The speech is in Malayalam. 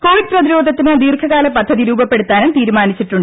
കോവിഡ് പ്രതിരോധത്തിന് ദീർഘകാല പദ്ധതി രൂപപ്പെടു ത്താനും തീരുമാനിച്ചുണ്ട്